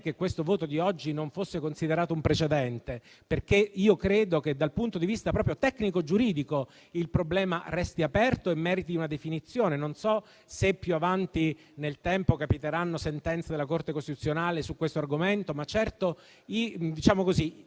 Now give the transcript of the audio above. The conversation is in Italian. che il voto odierno non fosse considerato un precedente, perché credo che dal punto di vista tecnico-giuridico il problema resti aperto e meriti una definizione. Non so se più avanti nel tempo capiteranno sentenze della Corte costituzionale su questo argomento, ma di certo, stanti così